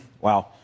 Wow